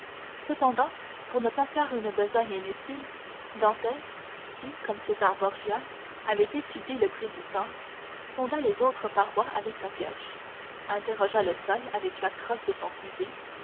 cependant pour ne pas faire une besogne inutile dantès qui comme césar borgia avait étudié le prix du temps sonda les autres parois avec sa pioche interrogea le sol avec la crosse de son fusil